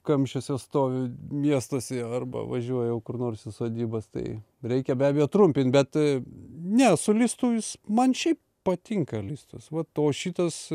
kamščiuose stovi miestuose arba važiuoji jau kur nors į sodybas tai reikia be abejo trumpint bet ne su listu jis man šiaip patinka listas vat o šitas